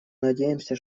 надеемся